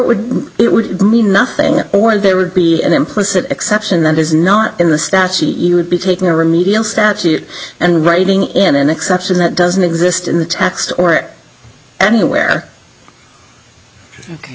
would it would mean nothing or there would be an implicit exception that is not in the statute you would be taking a remedial statute and writing in an exception that doesn't exist in the text or anywhere